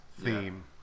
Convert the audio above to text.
theme